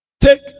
Take